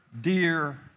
dear